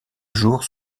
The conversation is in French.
jour